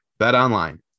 BetOnline